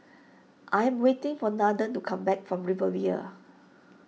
I am waiting for Nathen to come back from Riviera